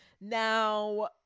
Now